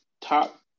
top